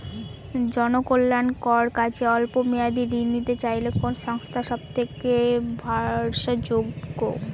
জনকল্যাণকর কাজে অল্প মেয়াদী ঋণ নিতে চাইলে কোন সংস্থা সবথেকে ভরসাযোগ্য?